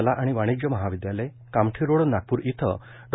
कला आणि वाणिज्य महाविद्यालय कामठी रोड नागपूर इथं डॉ